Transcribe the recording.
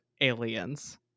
aliens